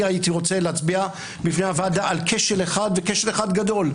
הייתי רוצה להצביע בפני הוועדה על כשל אחד שהוא כשל אחד גדול,